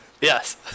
Yes